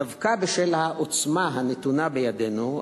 דווקא בשל העוצמה הנתונה בידינו,